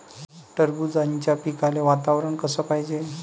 टरबूजाच्या पिकाले वातावरन कस पायजे?